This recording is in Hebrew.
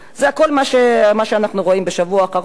זה הכול מה שאנחנו רואים בשבוע האחרון.